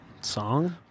Song